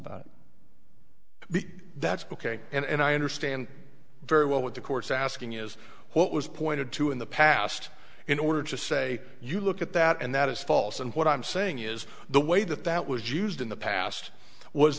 that and i understand very well what the court's asking is what was pointed to in the past in order to say you look at that and that is false and what i'm saying is the way that that was used in the past was